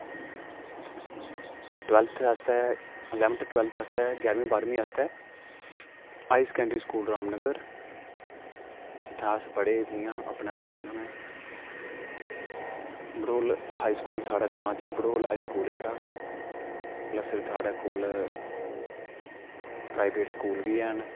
twelfth आस्तै eleventh twelfth आस्तै ग्यारहमीं बारहमीं आस्तै हाई सैकेंडरी स्कूल रामनगर जित्थै अस पढ़े जियां अपना सना ना में बडोल हाई स्कूल साढ़े ग्रांऽ च बडोल हाई स्कूल जेह्ड़ा थोह्ड़े कोल प्राईवेट स्कूल बी हैन